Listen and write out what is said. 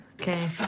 Okay